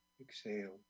exhale